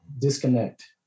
disconnect